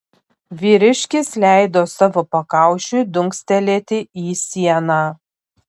vyriškis leido savo pakaušiui dunkstelėti į sieną